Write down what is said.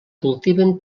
cultiven